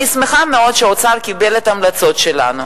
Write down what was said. אני שמחה מאוד שהאוצר קיבל את ההמלצות שלנו.